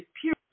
pure